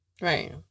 Right